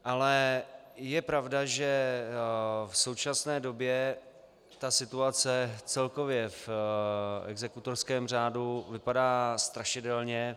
Ale je pravda, že v současné době situace celkově v exekutorském řádu vypadá strašidelně.